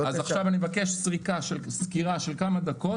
עכשיו אני אתן סקירה של כמה דקות.